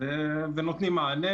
ונותנים מענה.